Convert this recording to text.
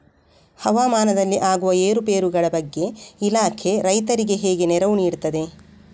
ಹವಾಮಾನದಲ್ಲಿ ಆಗುವ ಏರುಪೇರುಗಳ ಬಗ್ಗೆ ಇಲಾಖೆ ರೈತರಿಗೆ ಹೇಗೆ ನೆರವು ನೀಡ್ತದೆ?